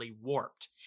warped